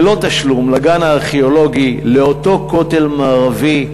ללא תשלום, לגן הארכיאולוגי, לאותו כותל מערבי,